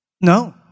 No